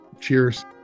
Cheers